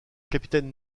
capitaine